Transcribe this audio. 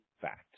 facts